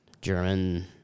German